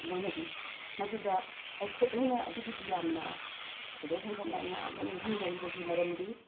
ꯂꯣꯏꯅꯕꯤ ꯃꯗꯨꯗ ꯑꯩꯈꯣꯏ ꯑꯩꯅ ꯑꯗꯨꯒꯤꯗꯨ ꯌꯥꯝꯅ ꯊꯣꯏꯗꯣꯛ ꯍꯦꯟꯗꯣꯛꯅ ꯑꯩꯅ ꯌꯥꯝꯅ ꯅꯤꯡꯁꯤꯡꯖꯔꯤꯕꯒꯤ ꯃꯔꯝꯗꯤ